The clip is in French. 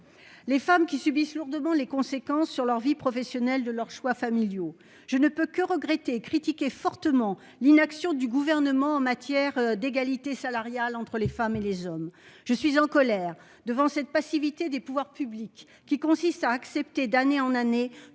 les femmes, qui subissent lourdement les conséquences sur leur vie professionnelle de leurs choix familiaux. Je ne peux que regretter et critiquer fortement l'inaction du Gouvernement en matière d'égalité salariale entre les femmes et les hommes. Je suis en colère devant la passivité des pouvoirs publics, qui consiste à accepter d'année en année